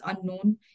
unknown